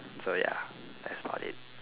so ya that's about it